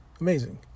Amazing